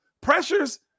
Pressures